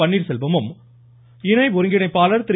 பன்னீர்செல்வமும் இணை ஒருங்கிணைப்பாளர் திரு